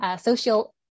social